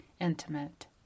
intimate